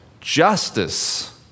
Justice